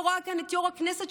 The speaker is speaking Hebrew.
לא רואה כאן את יו"ר הכנסת,